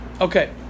Okay